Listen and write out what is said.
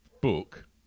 book